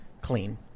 clean